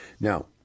Now